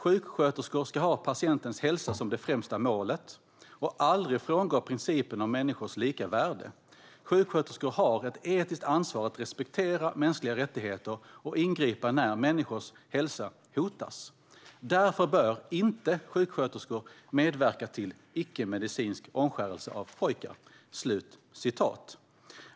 - Sjuksköterskor ska ha patientens hälsa som det främsta målet och aldrig frångå principen om människors lika värde. Sjuksköterskor har ett etiskt ansvar att respektera mänskliga rättigheter och ingripa när människors hälsa hotas. Därför bör inte sjuksköterskor medverka till icke-medicinsk omskärelse av pojkar."